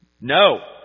No